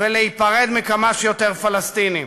ולהיפרד מכמה שיותר פלסטינים.